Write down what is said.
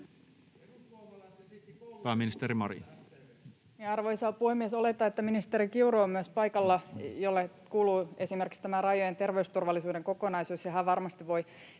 Pääministeri Marin. Arvoisa puhemies! Oletan, kun paikalla on myös ministeri Kiuru, jolle kuuluu esimerkiksi tämä rajojen terveysturvallisuuden kokonaisuus, että hän varmasti voi